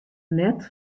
net